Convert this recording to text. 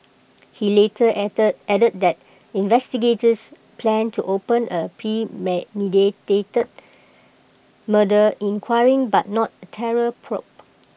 he later add added that investigators planned to open A premeditated murder inquiry but not A terror probe